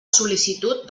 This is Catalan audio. sol·licitud